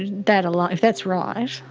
that alone, if that's right,